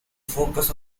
focus